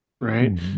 Right